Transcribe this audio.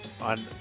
on